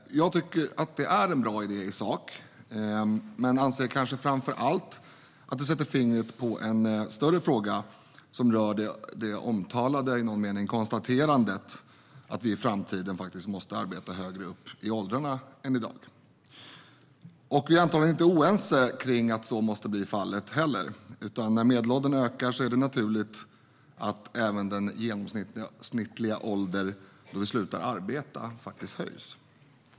Jag tycker i sak att det är en bra idé, men anser framför allt att det sätter fingret på en större fråga där man kan göra det omtalade konstaterandet att vi i framtiden måste arbeta högre upp i åldrarna än i dag. Vi är antagligen inte oense om att så måste bli fallet. När medelåldern ökar är det naturligt att även den genomsnittliga åldern för att sluta arbeta höjs.